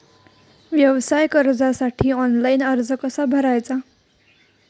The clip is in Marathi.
व्यवसाय कर्जासाठी ऑनलाइन अर्ज कसा भरायचा?